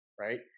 right